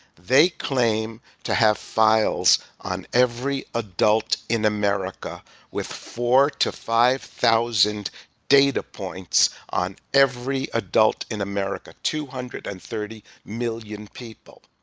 they claim to have files on every adult in america with four thousand to five thousand data points on every adult in america, two hundred and thirty million people.